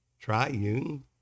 triune